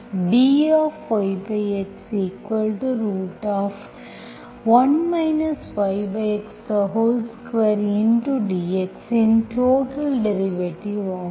x dy y dxx2என்பது dyx1 yx2 dx இன் total derivative ஆகும்